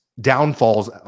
downfalls